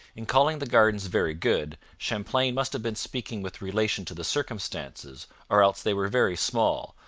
in calling the gardens very good champlain must have been speaking with relation to the circumstances, or else they were very small,